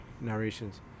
narrations